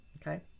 Okay